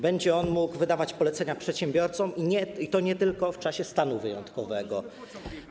Będzie on mógł wydawać polecenia przedsiębiorcom, i to nie tylko w czasie stanu wyjątkowego.